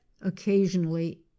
occasionally